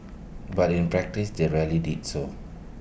but in practice they rarely did so